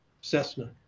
Cessna